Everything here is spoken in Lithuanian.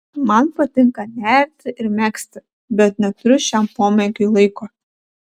man patinka nerti ir megzti bet neturiu šiam pomėgiui laiko